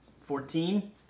Fourteen